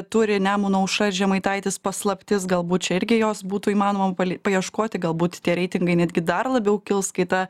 turi nemuno aušra ir žemaitaitis paslaptis galbūt čia irgi jos būtų įmanoma paly paieškoti galbūt tie reitingai netgi dar labiau kils kai ta